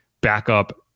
backup